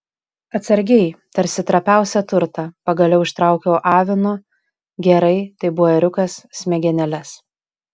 atsargiai tarsi trapiausią turtą pagaliau ištraukiau avino gerai tai buvo ėriukas smegenėles